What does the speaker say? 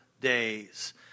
days